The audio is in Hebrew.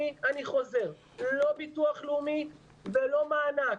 לא ביטוח לאומי ולא מענק.